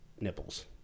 nipples